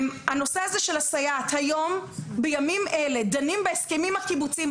הנושא של הסייעת בימים אלה דנים בהסכמים הקיבוציים.